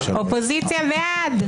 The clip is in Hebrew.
מי נמנע?